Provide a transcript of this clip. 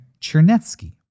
Chernetsky